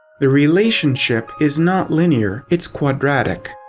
the relationship is not linear, its quadratic.